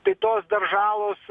tai tos dar žalos